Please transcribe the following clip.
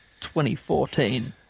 2014